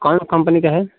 कौनसी कम्पनी का है